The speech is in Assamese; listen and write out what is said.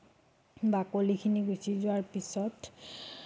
বাকলিখিনি গুচি যোৱাৰ পিছত